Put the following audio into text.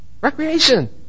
Recreation